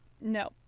no